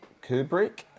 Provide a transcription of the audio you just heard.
Kubrick